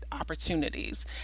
opportunities